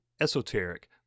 esoteric